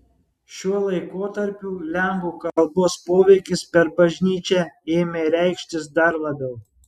šiuo laikotarpiu lenkų kalbos poveikis per bažnyčią ėmė reikštis dar labiau